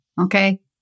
Okay